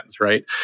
right